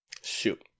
Shoot